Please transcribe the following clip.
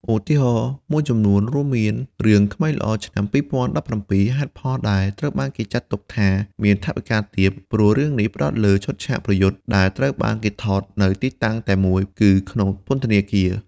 ឧទាហរណ៍មួយចំនួនរួមមាន រឿង ក្មេងល្អឆ្នាំ 2017 ហេតុផលដែលត្រូវបានគេចាត់ទុកថាមានថវិកាទាប ព្រោះរឿងនេះផ្តោតលើឈុតឆាកប្រយុទ្ធដែលត្រូវបានគេថតនៅទីតាំងតែមួយ គឺក្នុងពន្ធនាគារ។